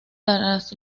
tras